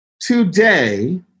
Today